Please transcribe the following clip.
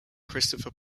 christopher